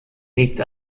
liegt